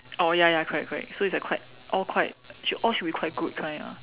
oh ya ya correct correct so it's the quite all quite shou~ all should be quite good kind ah